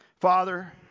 Father